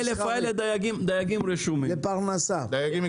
זה 1,000 דייגים רשומים מקצועיים.